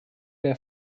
der